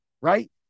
right